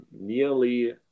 Nearly